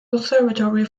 conservatory